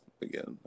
again